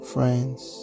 Friends